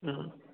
ꯎꯝ